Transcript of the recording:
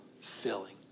filling